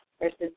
versus